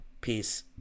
Peace